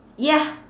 ya